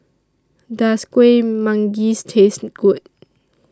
Does Kueh Manggis Taste Good